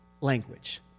language